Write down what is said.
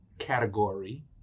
category